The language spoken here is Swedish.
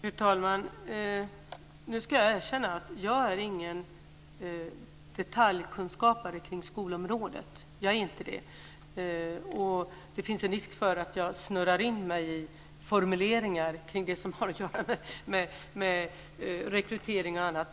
Fru talman! Jag ska erkänna att jag är inte är någon detaljkunskapare kring skolområdet. Jag är inte det. Det finns en risk för att jag snurrar in mig i formuleringar kring det som har att göra med rekrytering och annat.